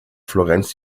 florenz